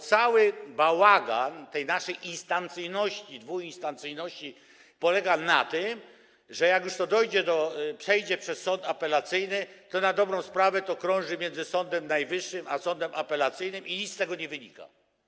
Cały bałagan w tej naszej instancyjności, dwuinstancyjności, polega na tym, że jak już to przejdzie przez sąd apelacyjny, to na dobrą sprawę krąży to między Sądem Najwyższym a sądem apelacyjnym i nic z tego nie wynika.